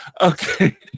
Okay